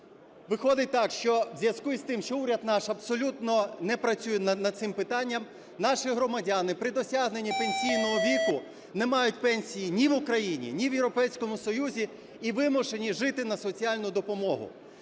виходить так, що у зв'язку із тим, що уряд наш абсолютно не працює над цим питанням, наші громадяни при досягненні пенсійного віку не мають пенсії ні в Україні, ні в Європейському Союзі і вимушені жити на соціальну допомогу.